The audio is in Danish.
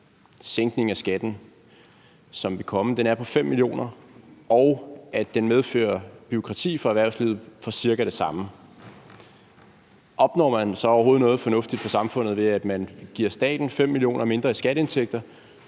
sænkning af skatten, som vil komme, er på 5 mio. kr., og at den medfører bureaukrati for erhvervslivet for cirka det samme. Opnår man så overhovedet noget fornuftigt for samfundet, ved at man giver staten 5 mio. kr. mindre i skatteindtægter